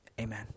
Amen